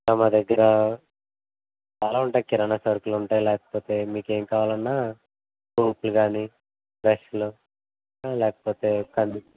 మా దగ్గర చాలా ఉంటాయి కిరాణా సరుకులు ఉంటాయి లేకపోతే మీకు ఏం కావాలన్నా సోపులు గానీ బ్రెష్లు లేకపోతే కందు